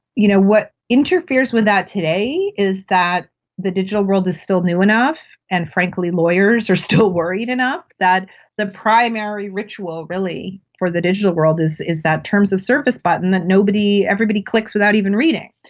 you know what interferes with that today is that the digital world is still new enough and, frankly, lawyers are still worried enough that the primary ritual really for the digital world is is that terms of service button that everybody clicks without even reading.